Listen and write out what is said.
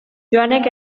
joanek